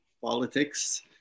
politics